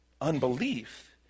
Unbelief